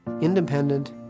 Independent